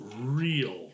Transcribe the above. real